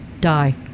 die